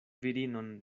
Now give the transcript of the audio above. virinon